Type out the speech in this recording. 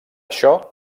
això